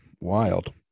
Wild